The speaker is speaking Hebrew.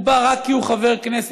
הוא בא רק כי הוא חבר כנסת,